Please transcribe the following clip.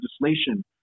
legislation